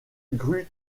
grue